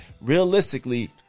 realistically